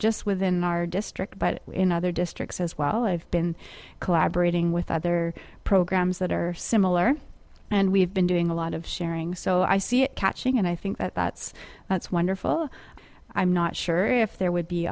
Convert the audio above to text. just within our district but in other districts as well i've been collaborating with other programs that are similar and we've been doing a lot of sharing so i see it catching and i think that that's that's wonderful i'm not sure if there would be